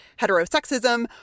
heterosexism